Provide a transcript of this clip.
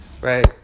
Right